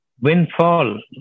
windfall